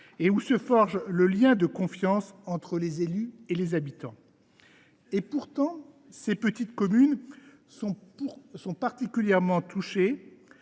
et où se forge le lien de confiance entre les élus et les habitants. Et pourtant, elles sont particulièrement touchées